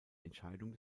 entscheidung